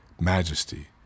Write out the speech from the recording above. majesty